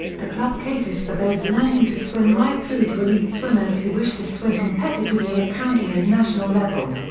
the club caters for those learning to swim right through to elite swimmers who wish to swim competitively at county and national level.